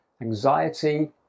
anxiety